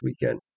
weekend